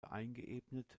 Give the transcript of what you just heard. eingeebnet